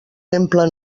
temple